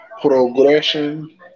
progression